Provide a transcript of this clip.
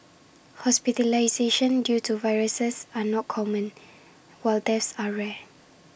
hospitalisation due to viruses are not common while deaths are rare